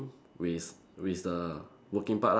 with with the working part lah